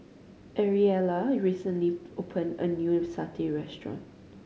Ariella recently opened a new Satay restaurant